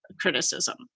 criticism